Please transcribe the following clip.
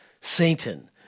Satan